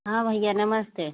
हाँ भइया नमस्ते